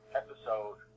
episode